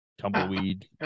tumbleweed